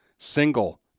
Single